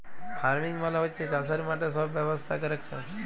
farming মালে হচ্যে চাসের মাঠে সব ব্যবস্থা ক্যরেক চাস